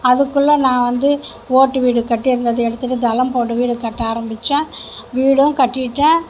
அதுக்குள்ளே நான் வந்து ஓட்டு வீடு கட்டி இருந்தது எடுத்துவிட்டு தளம் போட்டு வீடு கட்ட ஆரம்பித்தேன் வீடும் கட்டிட்டேன்